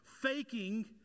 faking